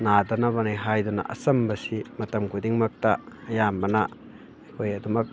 ꯅꯥꯗꯅꯕꯅꯤ ꯍꯥꯏꯗꯨꯅ ꯑꯆꯝꯕꯁꯤ ꯃꯇꯝ ꯈꯨꯗꯤꯡꯃꯛꯇ ꯑꯌꯥꯝꯕꯅ ꯑꯩꯈꯣꯏ ꯑꯗꯨꯝꯃꯛ